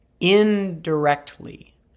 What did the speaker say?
indirectly